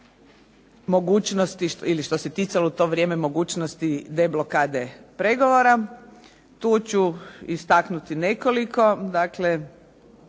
slučaju što se ticalo u to vrijeme mogućnosti deblokade pregovora. Tu ću istaknuti nekoliko.